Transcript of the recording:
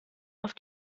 auf